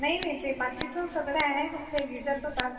नाही नाही ते बाकीचं सगळं आहे फक्त हे गिजरचंच आज